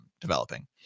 developing